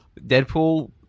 Deadpool